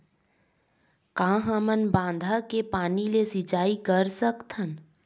का हमन बांधा के पानी ले सिंचाई कर सकथन?